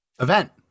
event